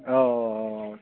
औ